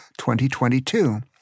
2022